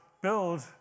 build